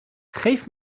geef